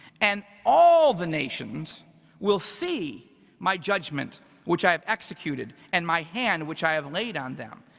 and all the nations will see my judgment which i have executed and my hand which i have laid on them.